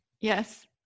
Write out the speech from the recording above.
Yes